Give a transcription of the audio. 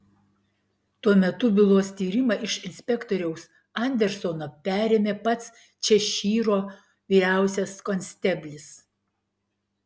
tuo metu bylos tyrimą iš inspektoriaus andersono perėmė pats češyro vyriausias konsteblis